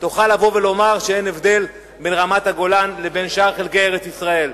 תוכל לבוא ולומר שאין הבדל בין רמת-הגולן לבין שאר חלקי ארץ-ישראל.